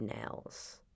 nails